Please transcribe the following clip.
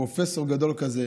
לפרופסור גדול כזה.